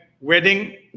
wedding